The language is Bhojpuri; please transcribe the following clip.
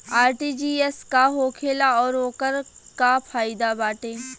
आर.टी.जी.एस का होखेला और ओकर का फाइदा बाटे?